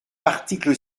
article